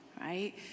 right